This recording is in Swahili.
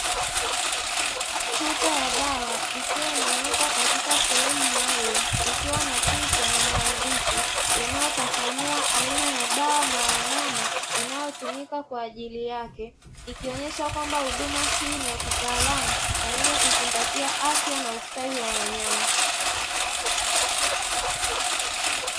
Chupa ya dawa ikiwa imewekwa katika sehemu maalumu, ikiwa na picha na maandishi yanayofafanua aina ya dawa na wanyama, inayotumika kwa ajili yake. Ikionyesha kwamba huduma hii ni ya kitaalamu na yenye kuzingatia afya na ustawi wa wanyama.